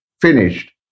finished